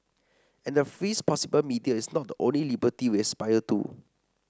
and the freest possible media is not the only liberty we aspire to